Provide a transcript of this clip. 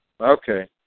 Okay